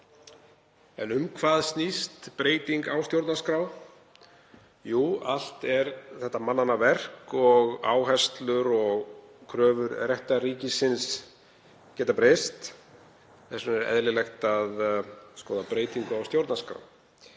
En um hvað snýst breyting á stjórnarskrá? Jú, allt er þetta mannanna verk og áherslur og kröfur réttarríkisins geta breyst. Þess vegna er eðlilegt að skoða breytingu á stjórnarskrá